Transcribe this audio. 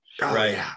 right